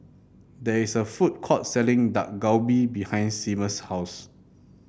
there is a food court selling Dak Galbi behind Seamus' house